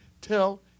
Tell